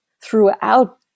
throughout